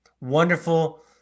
wonderful